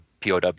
POW